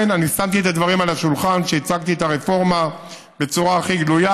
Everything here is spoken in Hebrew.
אני שמתי את הדברים על השולחן כשהצגתי את הרפורמה בצורה הכי גלויה.